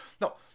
no